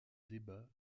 débats